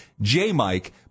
J-Mike